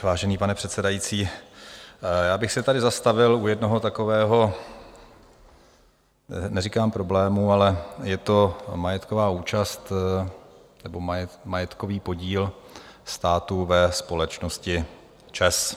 Vážený pane předsedající, já bych se tady zastavil u jednoho takového neříkám problému, ale je to majetková účast nebo majetkový podíl státu ve společnosti ČEZ.